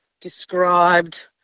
described